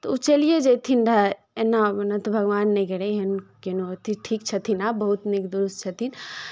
तऽ ओ चलिए जेथिन रहए एना तऽ भगवान नहि करय एहन केनो अथी ठीक छथिन आब बहुत नीक दुरुस्त छथिन